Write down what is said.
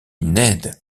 ned